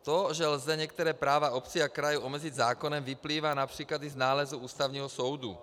To, že lze některá práva obcí a krajů omezit zákonem, vyplývá například i z nálezu Ústavního soudu.